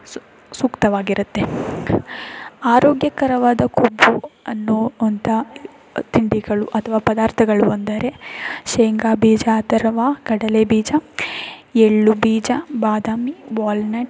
ಸು ಸೂಕ್ತವಾಗಿರುತ್ತೆ ಆರೋಗ್ಯಕರವಾದ ಕೊಬ್ಬು ಅನ್ನೋ ಅಂಥ ತಿಂಡಿಗಳು ಅಥವಾ ಪದಾರ್ಥಗಳು ಅಂದರೆ ಶೇಂಗಾಬೀಜ ಆ ಥರ ವಾ ಕಡಲೆಬೀಜ ಎಳ್ಳು ಬೀಜ ಬಾದಾಮಿ ವಾಲ್ನೆಟ್